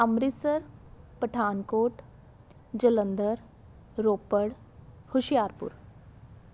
Amritsar Pathankot Jalandhar Ropar Hoshiarpur